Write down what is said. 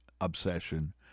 obsession